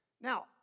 Now